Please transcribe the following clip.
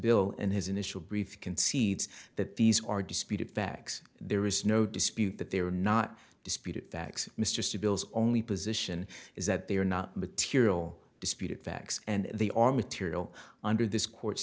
bill in his initial brief concedes that these are disputed facts there is no dispute that they were not disputed that mr sybil's only position is that they are not material disputed facts and they are material under this court's